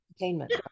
entertainment